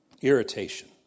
irritation